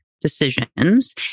decisions